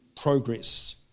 progress